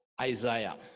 isaiah